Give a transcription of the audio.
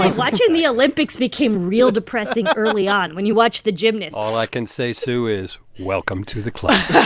watching the olympics became real depressing early on. when you watch the gymnasts all i can say, sue, is welcome to the club